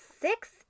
six